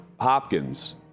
Hopkins